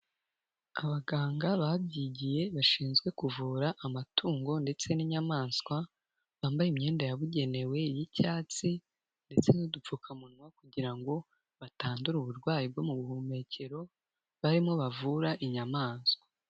Abaganga babyigiye bashinzwe kuvura amatungo ndetse n'inyamaswa, bambaye imyenda yabugenewe y'icyatsi ndetse n'udupfukamunwa kugira ngo batandura uburwayi bwo mu buhumekero, barimo bavura inyamaswa.